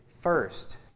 first